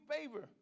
favor